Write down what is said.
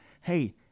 hey